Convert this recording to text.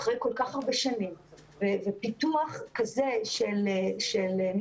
אחרי כל כך הרבה שנים ופיתוח כזה של מקצועיות